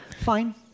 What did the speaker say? Fine